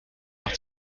nach